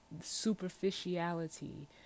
superficiality